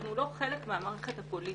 אנחנו לא חלק מהמערכת הפוליטית.